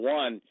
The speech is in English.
one